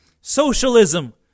Socialism